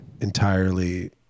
entirely